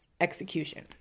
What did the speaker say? execution